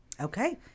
Okay